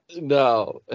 No